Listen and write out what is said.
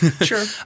Sure